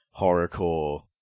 horrorcore